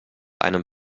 einem